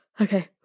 Okay